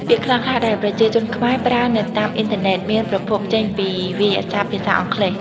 ពាក្យខ្លះៗដែលប្រជាជនខ្មែរប្រើនៅតាមអ៊ីនធឺណិតមានប្រភពចេញពីវាក្យសព្ទភាសាអង់គ្លេស។